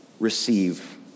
receive